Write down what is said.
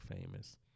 famous